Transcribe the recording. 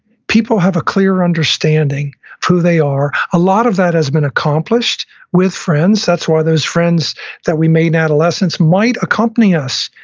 people have a clear understanding who they are. a lot of that has been accomplished with friends. that's why those friends that we made in adolescence might accompany us,